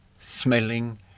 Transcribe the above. smelling